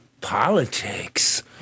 politics